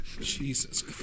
Jesus